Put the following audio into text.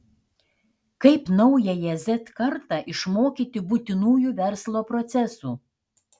kaip naująją z kartą išmokyti būtinųjų verslo procesų